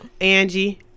Angie